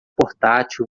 portátil